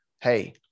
Hey